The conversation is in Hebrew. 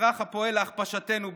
אזרח הפועל להכפשתנו בעולם,